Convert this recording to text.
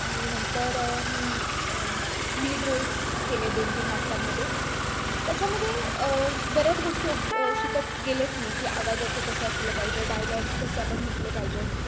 आणि नंतर मी लीड रोल केले दोनतीन नाटकांमध्ये त्याच्यामध्ये बऱ्याच गोष्टी उ शिकत गेलेच मी की आवाजाचं कसं असलं पाहिजे डायलॉग कसे आपण म्हटले पाहिजेत